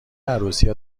عروسی